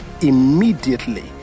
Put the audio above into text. immediately